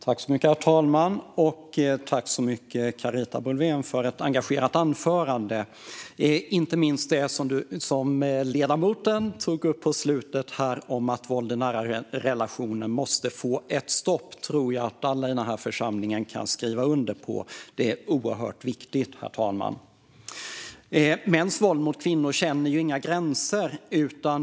Herr talman! Tack, Carita Boulwén, för ett engagerat anförande! Inte minst det som ledamoten tog upp på slutet, att det måste bli ett stopp för våld i nära relationer, tror jag att alla i den här församlingen kan skriva under på. Det är oerhört viktigt, herr talman. Mäns våld mot kvinnor känner inga gränser.